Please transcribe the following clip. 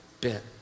bit